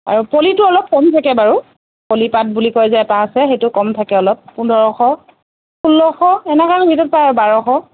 আৰু পলিটো অলপ কমেই থাকে বাৰু পলিপাট বুলি কয় যে এটা আছে সেইটো কম থাকে অলপ পোন্ধৰশ ষোল্লশ এনেকুৱাৰ ভিতৰত পায় আৰু বাৰশ